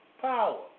power